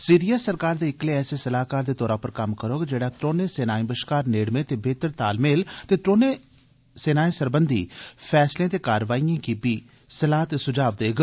CDS सरकार दे इक्कले ऐसे सलाहकार दे तौरा पर कम्म करोग जेड़ा त्रौनें सेनाएं बश्कार नेड़में ते बेहतर तालमेल ते त्रौनें सरबंघी फैसलें ते कारवाईएं बारै बी सलाह् ते सुझाव देग